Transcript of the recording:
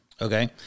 Okay